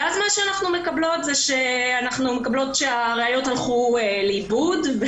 ואז אנחנו מקבלות שהראיות הלכו לאיבוד.